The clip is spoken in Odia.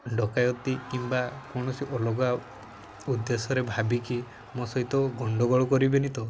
ଡକାୟତି କିମ୍ବା କୌଣସି ଅଲଗା ଉଦ୍ଦେଶ୍ୟରେ ଭାବିକି ମୋ ସହିତ ଗଣ୍ଡଗୋଳ କରିବେନି ତ